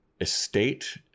estate